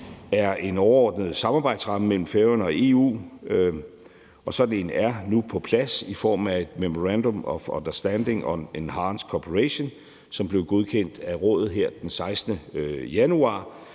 er en overordnet samarbejdsramme mellem Færøerne og EU, og sådan en er nu på plads i form af et "Memorandum of Understanding on Enhanced Cooperation", som blev godkendt af rådet her den 16. januar,